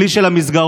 הכלי של המסגרות,